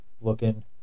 looking